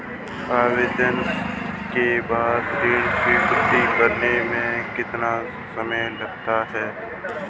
आवेदन के बाद ऋण स्वीकृत करने में कितना समय लगता है?